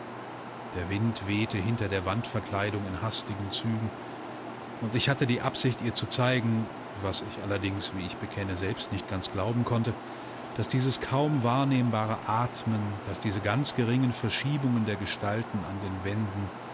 der wind wehte hinter der wandverkleidung in hastigen zügen und ich hatte die absicht ihr zu zeigen was ich allerdings wie ich bekenne selbst nicht ganz glauben konnte daß dieses kaum vernehmbare atmen daß diese ganz geringen verschiebungen der gestalten an den wänden